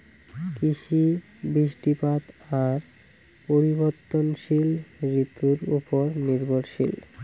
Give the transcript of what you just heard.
কৃষি, বৃষ্টিপাত আর পরিবর্তনশীল ঋতুর উপর নির্ভরশীল